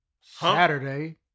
Saturday